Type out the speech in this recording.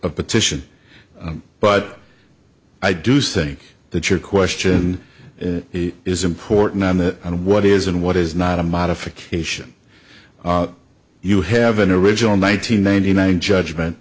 a petition but i do think that your question is important on that and what is and what is not a modification you have an original nine hundred ninety nine judgment